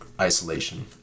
isolation